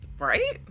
Right